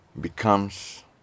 becomes